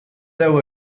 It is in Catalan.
deu